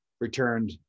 returned